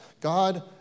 God